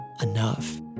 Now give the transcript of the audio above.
enough